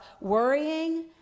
worrying